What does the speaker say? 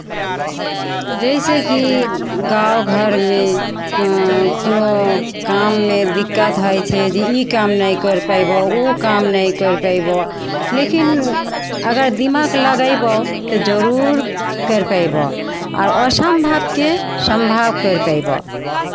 जैसेकि गाँव घरमे कोनो काममे दिक्कत होइ छै जे ई काम नहि कर पयबहु काम नहि करि पयबहु लेकिन अगर दिमाक लगयबहु तऽ जरूर करि पयबहु आ असम्भवकेँ सम्भव करि पयबहु